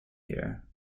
here